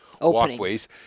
walkways